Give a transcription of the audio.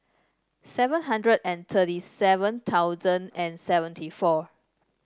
seven hundred and thirty seven thousand and seventy four